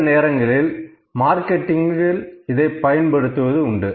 சில நேரங்களில் மார்க்கெட்டிங்கில் இதை பயன்படுத்துவது உண்டு